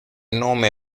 nome